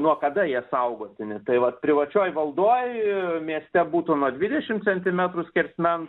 nuo kada jie saugotini tai va privačioj valdoj mieste būtų nuo dvidešimt centimetrų skersmens